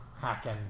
hacking